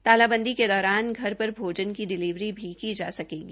तालाबंदी के दौरान घर पर भोजन की डिलीवरी भी की जा सकेगी